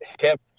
hip